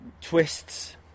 twists